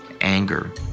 anger